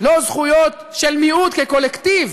לא זכויות של מיעוט כקולקטיב.